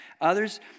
others